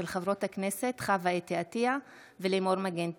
של חברות הכנסת חוה אתי עטייה ולימור מגן תלם,